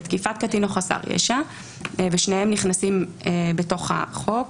תקיפת קטין או חסר ישע ושניהם נכנסים בתוך החוק.